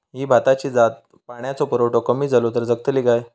ही भाताची जात पाण्याचो पुरवठो कमी जलो तर जगतली काय?